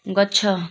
ଗଛ